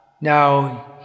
Now